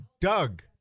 Doug